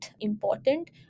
important